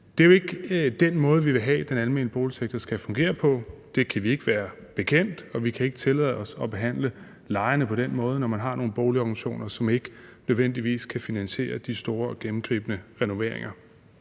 Det er jo ikke den måde, vi vil have den almene boligsektor skal fungere på. Det kan vi ikke være bekendt, og vi kan ikke tillade os at behandle lejerne på den måde, når man har nogle boligorganisationer, som ikke nødvendigvis kan finansiere de store og gennemgribende renoveringer.